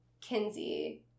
Kinsey